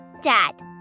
Dad